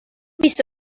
بیست